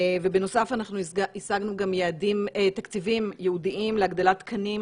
בנוסף גם השגנו תקציבים ייעודיים להגדלת תקנים